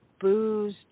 booze